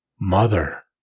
Mother